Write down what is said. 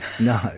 No